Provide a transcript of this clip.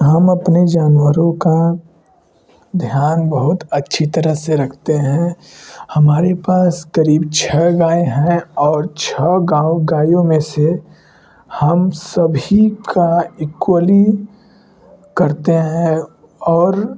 हम अपने जानवरों का ध्यान बहुत अच्छी तरह से रखते हैं हमारे पास क़रीब छ गायें हैं और छ गाँव गायों में से हम सभी का इक्वली करते हैं और